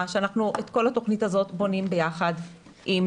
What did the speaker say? שאת כל התוכנית הזאת אנחנו בונים ביחד עם